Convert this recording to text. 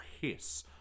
hiss